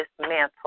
dismantle